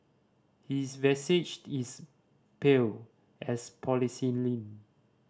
his visage is pale as porcelain